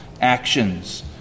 actions